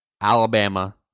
Alabama